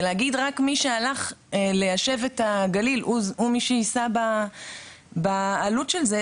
ולהגיד שרק מי שהלך ליישב את הגליל הוא מי שיישא בעלות של זה,